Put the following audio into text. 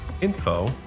info